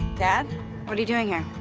dad? what are you doing here?